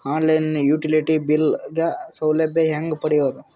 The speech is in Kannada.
ಆನ್ ಲೈನ್ ಯುಟಿಲಿಟಿ ಬಿಲ್ ಗ ಸೌಲಭ್ಯ ಹೇಂಗ ಪಡೆಯೋದು?